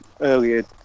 earlier